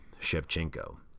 Shevchenko